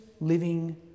living